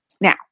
Now